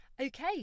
Okay